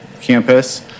campus